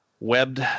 webbed